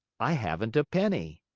i haven't a penny.